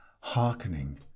hearkening